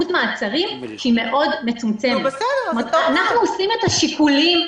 אנחנו עושים את השיקולים,